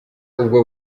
ubwo